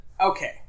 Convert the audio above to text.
Okay